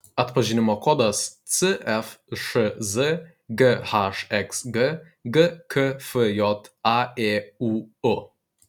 atpažinimo kodas cfšz ghxg gkfj aėūu